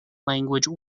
language